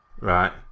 right